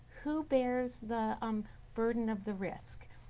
who bears the um burden of the risk?